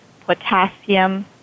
potassium